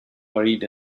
buried